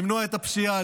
למנוע את הפשיעה,